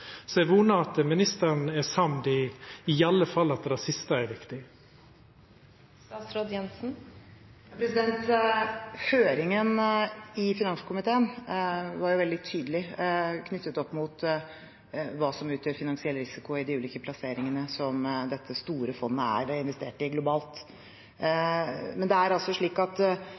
at ministeren er samd i iallfall at det siste er riktig. Høringen i finanskomiteen var veldig tydelig knyttet opp mot hva som utgjør finansiell risiko i de ulike plasseringene som dette store fondet er investert i globalt.